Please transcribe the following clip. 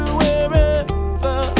wherever